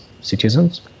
citizens